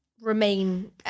Remain